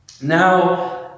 Now